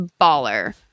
baller